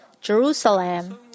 Jerusalem